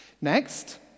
Next